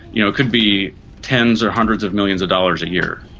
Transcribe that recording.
you know it could be tens or hundreds of millions of dollars a year.